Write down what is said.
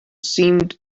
seemed